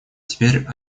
теперь